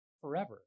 forever